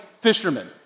fishermen